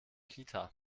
kita